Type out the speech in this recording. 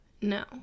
No